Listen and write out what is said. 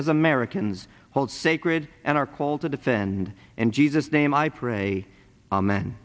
as americans hold sacred and our call to defend in jesus name i pray amen